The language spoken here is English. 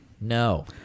No